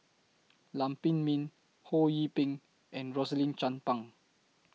Lam Pin Min Ho Yee Ping and Rosaline Chan Pang